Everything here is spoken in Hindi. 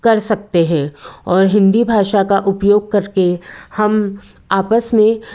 कर सकते हैं और हिंदी भाषा का उपयोग करके हम आपस में